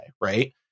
Right